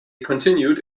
continued